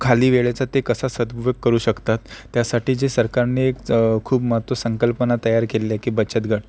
खाली वेळेचा ते कसा सदुपयोग करू शकतात त्यासाठी जे सरकारने एक खूप महत्व संकल्पना तयार केलेली आहे की बचत गट